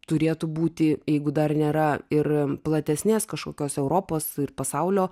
turėtų būti jeigu dar nėra ir platesnės kažkokios europos ir pasaulio